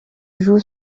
joue